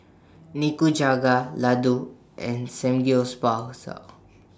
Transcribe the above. Nikujaga Ladoo and